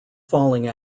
falling